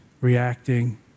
reacting